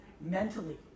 mentally